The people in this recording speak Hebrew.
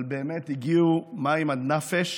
אבל באמת הגיעו מים עד נפש